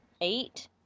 eight